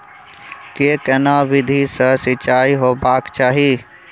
के केना विधी सॅ सिंचाई होबाक चाही?